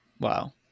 wow